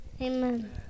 Amen